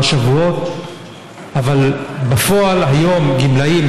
והיום הדבר הזה